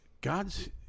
God's